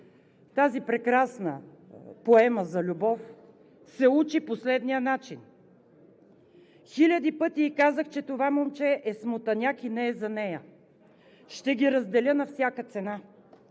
тази прекрасна поема за любов се учи по следния начин: „Хиляди пъти ѝ казах, че това момче е смотаняк и не е за нея. Ще ги разделя на всяка цена.